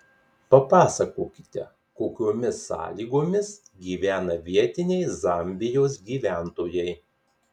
papasakokite kokiomis sąlygomis gyvena vietiniai zambijos gyventojai